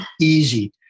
easy